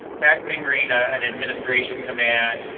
fat fingering an administration command,